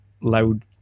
loud